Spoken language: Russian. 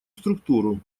структуру